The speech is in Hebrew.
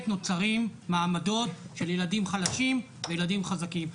נוצרים מעמדות של ילדים חלשים וילדים חזקים.